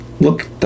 look